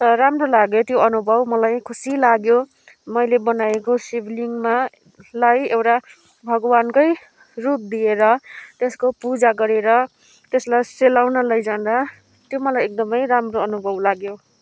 त राम्रो लाग्यो त्यो अनुभव मलाई खुसी लाग्यो मैले बनाएको शिवलिङमालाई एउटा भगवानकै रूप दिएर त्यसको पूजा गरेर त्यसलाई सेलाउन लैजाँदा त्यो मलाई एकदमै राम्रो अनुभव लाग्यो